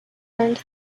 learned